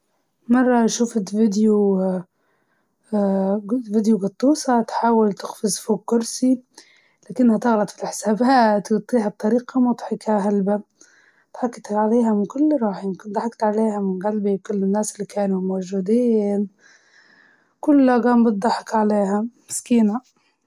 أنا شفت طفل صغير كان يحاول يتكلم في التليفون، بس كان ماسك التليفون بالمجلوب، وجعد يعيط الو الو بكل جدية، ضحكت وايد واجد هذاك اليوم.